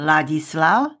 Ladislav